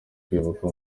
kwibuka